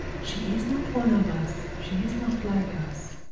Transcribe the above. she is not one of us she is not like us.